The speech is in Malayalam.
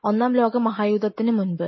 ഒന്നാം ലോക മഹായുദ്ധത്തിനു മുൻപ്